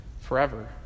forever